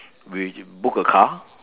we book a car